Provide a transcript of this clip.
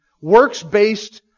works-based